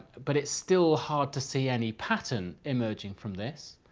but it's still hard to see any pattern emerging from this.